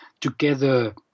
together